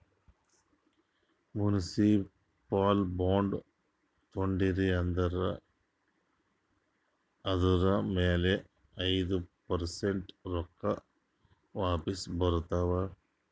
municipal bond ತೊಂಡಿರಿ ಅಂದುರ್ ಅದುರ್ ಮ್ಯಾಲ ಐಯ್ದ ಪರ್ಸೆಂಟ್ ರೊಕ್ಕಾ ವಾಪಿಸ್ ಬರ್ತಾವ್